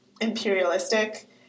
imperialistic